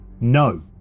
No